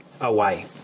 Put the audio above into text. away